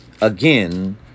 again